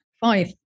five